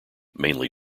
mainly